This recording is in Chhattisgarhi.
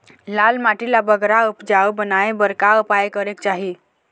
लाल माटी ला बगरा उपजाऊ बनाए बर का उपाय करेक चाही?